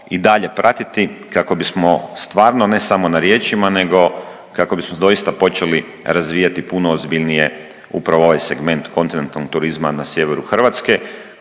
i dalje pratiti kako bismo stvarno ne samo na riječima nego kako bismo doista počeli razvijati puno ozbiljnije upravo ovaj segment kontinentalnog turizma na sjeveru Hrvatske